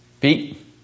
Pete